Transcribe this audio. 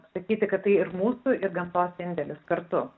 sakyti kad tai ir mūsų ir gamtos indėlis kartu